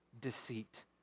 deceit